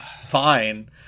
Fine